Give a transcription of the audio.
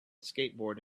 skateboard